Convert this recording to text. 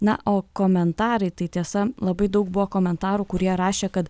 na o komentarai tai tiesa labai daug buvo komentarų kurie rašė kad